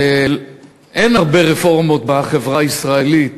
אין הרבה רפורמות בחברה הישראלית,